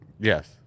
Yes